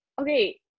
Okay